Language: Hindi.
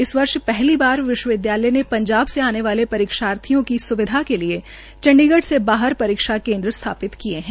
इस वर्ष पहली बार विश्वविद्यालय ने पंजाब से आने वाले परीक्षार्थियों की सुविधा के लिए चण्डीगढ से बाहर परीक्षा केन्द्र स्थापित किए हैं